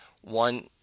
One